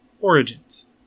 Origins